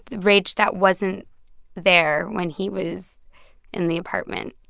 rage that wasn't there when he was in the apartment.